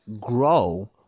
grow